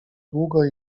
długo